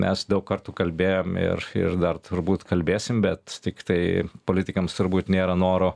mes daug kartų kalbėjom ir ir dar turbūt kalbėsim bet tiktai politikams turbūt nėra noro